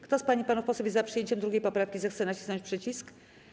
Kto z pań i panów posłów jest za przyjęciem 2. poprawki, zechce nacisnąć przycisk.